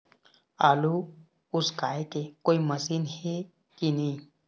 आलू उसकाय के कोई मशीन हे कि नी?